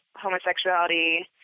homosexuality